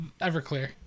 Everclear